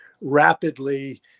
rapidly